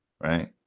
Right